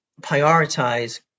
prioritize